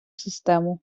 систему